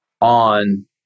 on